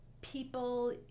people